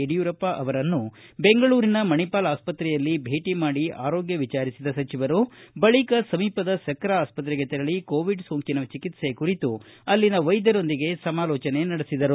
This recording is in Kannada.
ಯಡಿಯೂರಪ್ಪ ಅವರನ್ನು ಬೆಂಗಳೂರಿನ ಮಣಿಪಾಲ್ ಆಸ್ಪತ್ರೆಯಲ್ಲಿ ಭೇಟಿ ಮಾಡಿ ಆರೋಗ್ಯ ವಿಜಾರಿಸಿದ ಸಚಿವರು ಬಳಿಕ ಸಮೀಪದ ಸಕ್ತಾ ಆಸ್ಪತ್ರೆಗೆ ತೆರಳಿ ಕೋವಿಡ್ ಸೋಂಕಿನ ಚಿಕಿತ್ಸೆ ಕುರಿತು ಅಲ್ಲಿನ ವೈದ್ಯರೊಂದಿಗೆ ಸಮಾಲೋಚನೆ ನಡೆಸಿದರು